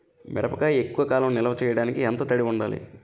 మిరపకాయ ఎక్కువ కాలం నిల్వ చేయటానికి ఎంత తడి ఉండాలి?